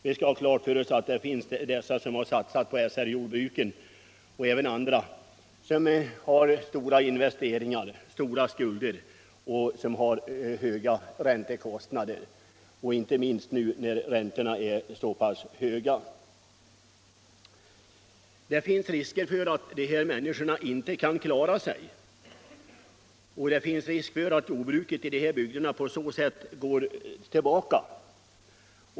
Vi skall ha klart för oss att många som har satsat på SR-jordbruk och även andra jordbrukare har mycket stora skulder och höga räntekostnader, särskilt nu när räntorna är så pass höga. Det föreligger risk för att jordbrukarna inte kan klara sig och att jordbruket därigenom går tillbaka.